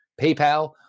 PayPal